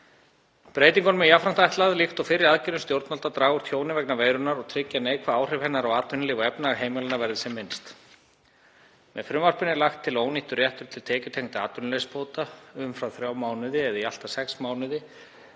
Breytingunum er jafnframt ætlað, líkt og fyrri aðgerðum stjórnvalda, að draga úr tjóni vegna veirunnar og tryggja að neikvæð áhrif hennar á atvinnulíf og efnahag heimilanna verði sem minnst. Með frumvarpinu er lagt til að ónýttur réttur til tekjutengdra atvinnuleysisbóta umfram þrjá mánuði eða í allt að sex mánuði